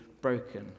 broken